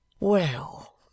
Well